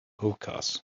hookahs